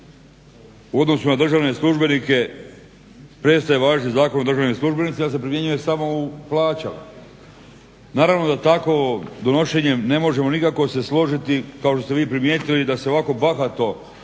u odnosu na državne službenike prestaje važiti Zakon o državnim službenicima, ali se primjenjuje samo u plaćama. Naravno da takovim donošenjem ne možemo nikako se složiti kao što ste vi primijetili da se ovako bahato